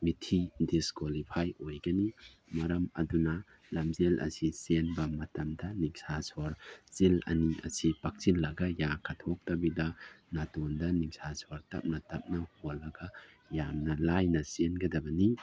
ꯃꯤꯊꯤ disqualify ꯑꯣꯏꯒꯅꯤ ꯃꯔꯝ ꯑꯗꯨꯅ ꯂꯝꯖꯦꯜ ꯑꯁꯤ ꯆꯦꯟꯕ ꯃꯇꯝꯗ ꯅꯤꯡꯁꯥ ꯁꯣꯔ ꯆꯤꯜ ꯑꯅꯤ ꯑꯁꯤ ꯄꯥꯛꯁꯤꯜꯂꯒ ꯌꯥ ꯀꯥꯊꯣꯛꯇꯕꯤꯗ ꯅꯥꯇꯣꯟꯗ ꯅꯤꯡꯁꯥ ꯁꯣꯔ ꯇꯞꯅ ꯇꯞꯅ ꯍꯣꯜꯂꯒ ꯌꯥꯝꯅ ꯂꯥꯏꯅ ꯆꯦꯟꯒꯗꯕꯅꯤ